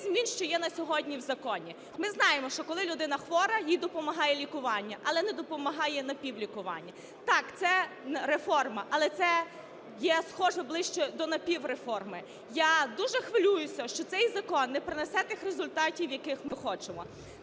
змін, що є на сьогодні в законі. Ми знаємо, що коли людина хвора, їй допомагає лікування, але не допомагає напівлікування. Так, це реформа, але це є схоже ближче до напівреформи. Я дуже хвилююся, що цей закон не принесе тих результатів, яких ми хочемо.